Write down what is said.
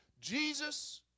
Jesus